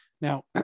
Now